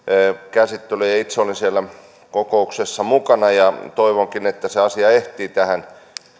käsittelyyn itse olin siellä kokouksessa mukana ja toivonkin että se asia ehtii tähän